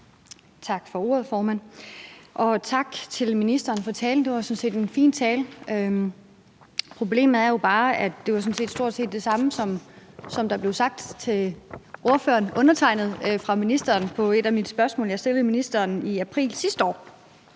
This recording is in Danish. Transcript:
Tak for ordet, formand, og tak til ministeren for talen. Det var sådan set en fin tale. Problemet er bare, at det jo stort set var det samme, som der blev sagt til undertegnede fra ministeren på et af de spørgsmål, jeg stillede ministeren i april sidste år.